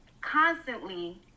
constantly